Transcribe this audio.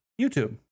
YouTube